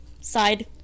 Side